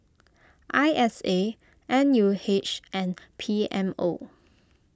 I S A N U H and P M O